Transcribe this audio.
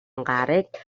гарыг